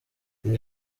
iri